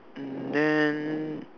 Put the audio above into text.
and then